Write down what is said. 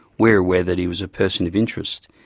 we're aware that he was a person of interest.